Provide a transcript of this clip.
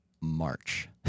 March